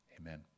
Amen